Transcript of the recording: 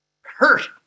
hurt